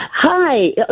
Hi